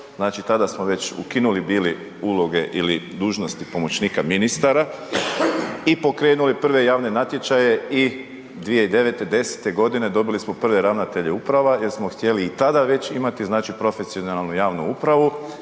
znači tada smo već ukinuli bili uloge ili dužnosti pomoćnika ministara i pokrenuli prve javne natječaje i 2009., 2010. g. dobili smo prve ravnatelje uprava jer smo htjeli i tada već imati profesionalnu javnu upravu